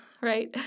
right